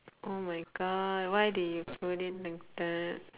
oh my god why did you put it like that